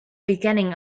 beginning